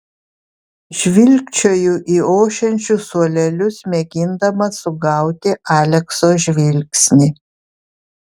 žvilgčioju į ošiančius suolelius mėgindama sugauti alekso žvilgsnį